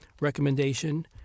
recommendation